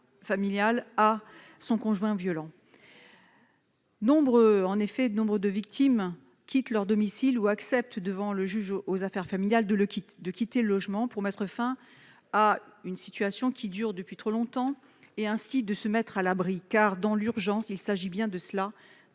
laisser à son conjoint violent. Nombre de victimes quittent leur domicile ou acceptent devant le juge aux affaires familiales de le faire pour mettre fin à une situation qui dure depuis trop longtemps et, ainsi, pour se mettre à l'abri. Dans l'urgence, il s'agit bien de cela